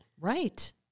Right